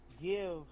give